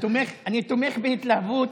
אני, נורבגיה.